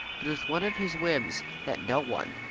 but it was one of his whims that no one,